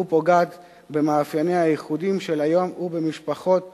ופוגעת במאפיינים הייחודיים של היום ובמשפחות השכולות,